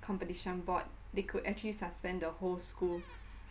competition board they could actually suspend the whole school